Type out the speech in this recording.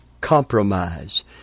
compromise